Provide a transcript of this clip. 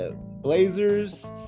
Blazers